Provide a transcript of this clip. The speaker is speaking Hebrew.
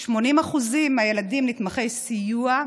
80% מהילדים נתמכי הסיוע,